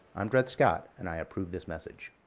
i'm dread scott, and i approve this message.